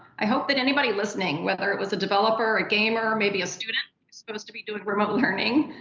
i hope that anybody listening, whether it was a developer or a gamer or maybe a student who's supposed to be doing remote learning,